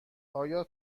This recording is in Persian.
آیا